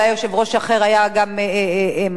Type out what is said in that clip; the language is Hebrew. אולי יושב-ראש אחר היה גם מזהיר.